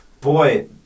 Boy